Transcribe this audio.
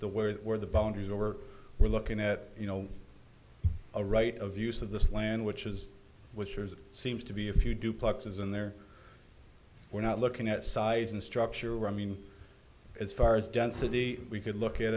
the where are the boundaries or we're looking at you know a right of use of this land which is which are seems to be a few duplexes in there we're not looking at size and structure i mean as far as density we could look at